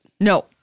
No